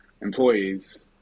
employees